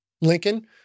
Lincoln